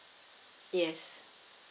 yes